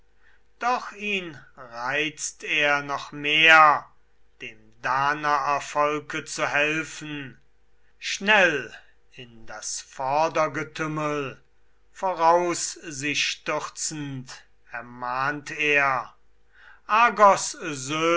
doch ihn reizt er noch mehr dem danaervolke zu helfen schnell in das vordergetümmel voraus sich stürzend ermahnt er